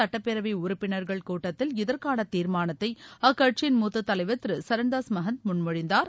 சுட்டப்பேரவை உறுப்பினா்கள் கூட்டத்தில் இதற்கான தீர்மானத்தை அக்கட்சியின் மூத்த தலைவர் திரு சரண்தாஸ் மகந்த் முன்மொழிந்தார்